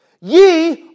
Ye